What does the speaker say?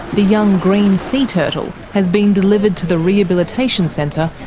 the young green sea turtle has been delivered to the rehabilitation centre,